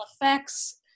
effects